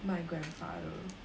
my grandfather